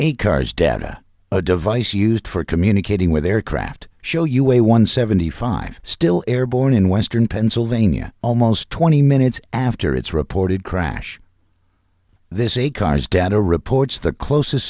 a car's deta a device used for communicating with aircraft show you a one seventy five still airborne in western pennsylvania almost twenty minutes after its reported crash this is a car's data reports the closest